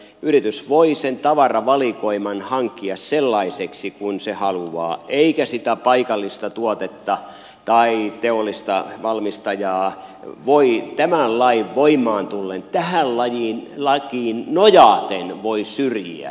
yritys voi sen tavaravalikoiman hankkia sellaiseksi kuin se haluaa eikä sitä paikallista tuotetta tai teollista valmistajaa voi tämän lain voimaan tullen tähän lakiin nojaten syrjiä